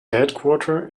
headquarter